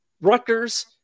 Rutgers